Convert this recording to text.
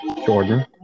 Jordan